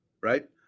right